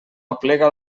aplega